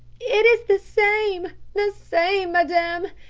it is the same, the same, madame!